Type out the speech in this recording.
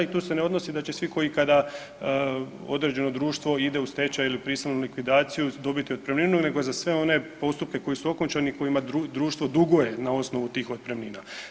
I tu se ne odnosi da će svi koji kada određeno društvo ide u stečaj ili prisilnu likvidaciju dobiti otpremninu, nego za sve one postupke koji su okončani i kojima društvo duguje na osnovu tih otpremnina.